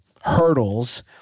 hurdles